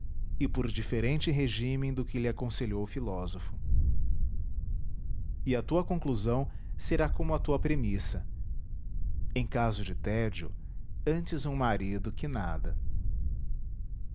e por diferente regímen do que lhe aconselhou o filósofo e a tua conclusão será como a tua premissa em caso de tédio antes um marido que nada